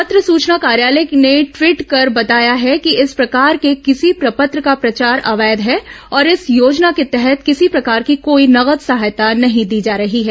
पत्र सुचना कार्यालय ने टवीट कर बताया है कि इस प्रकार के किसी प्रपत्र का प्रचार अवैध है और इस योजना के तहत किसी प्रकार की कोई नकद सहायता नहीं दी जा रही है